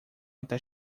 até